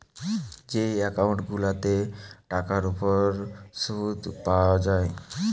যে একউন্ট গুলাতে টাকার উপর শুদ পায়া যায়